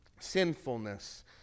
sinfulness